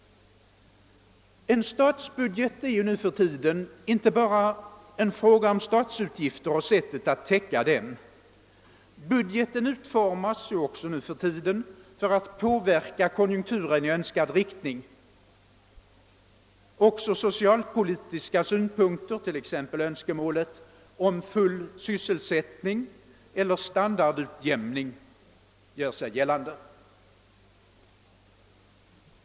En statsbudget är ju numera inte bara en fråga om statsutgifter och sättet att täcka dem. Budgeten utformas ju också nu för tiden för att påverka konjunkturen i önskad riktning. Också socialpolitiska synpunkter, t.ex. önskemålet om full sysselsättning eller standardutjämning, gör sig gällande.